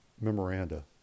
memoranda